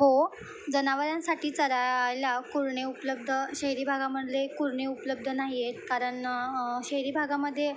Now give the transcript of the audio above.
हो जनावरांसाठी चरायला कुरणे उपलब्ध शहरी भागामधले कुरणे उपलब्ध नाही आहेत कारण शहरी भागामध्ये